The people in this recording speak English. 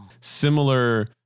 similar